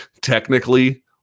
technically